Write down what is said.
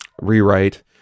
rewrite